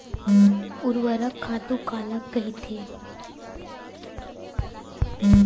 ऊर्वरक खातु काला कहिथे?